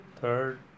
third